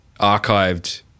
archived